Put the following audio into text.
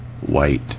white